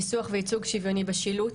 ניסוח וייצוג שוויוני בשילוט,